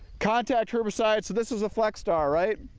contact herbicides, this is a flexstar right?